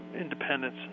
independence